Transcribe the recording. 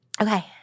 Okay